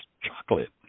chocolate